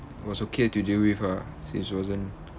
it was okay to deal with ah since it wasn't